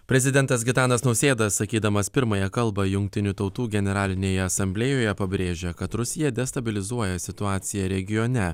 prezidentas gitanas nausėda sakydamas pirmąją kalbą jungtinių tautų generalinėje asamblėjoje pabrėžė kad rusija destabilizuoja situaciją regione